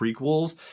Prequels